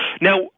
Now